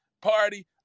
party